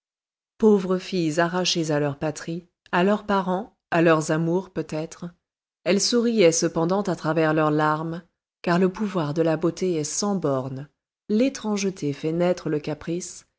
pauvres filles arrachées à leur patrie à leurs parents à leurs amours peut-être elles souriaient cependant à travers leurs larmes car le pouvoir de la beauté est sans bornes l'étrangeté fait naître le caprice